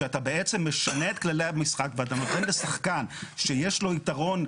שאתה בעצם משנה את כללי המשחק ואתה נותן לשחקן שיש לו יתרון,